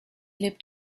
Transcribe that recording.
lebt